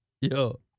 Yo